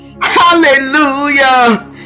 hallelujah